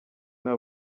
nta